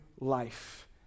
life